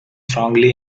strongly